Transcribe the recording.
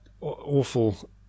awful